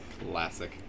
Classic